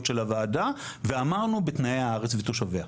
של הוועדה ואמרנו בתנאי הארץ ותושביה.